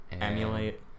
emulate